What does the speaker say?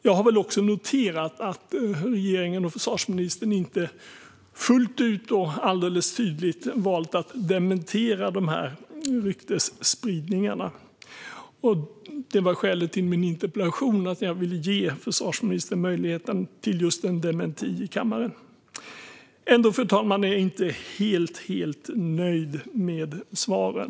Jag har också noterat att regeringen och försvarsministern inte fullt ut och alldeles tydligt har valt att dementera de rykten som spridits, och skälet till min interpellation var att jag ville ge försvarsministern möjlighet till en dementi i kammaren. Ändå, fru talman, är jag inte helt nöjd med svaren.